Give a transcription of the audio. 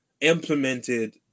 implemented